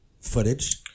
footage